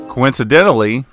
Coincidentally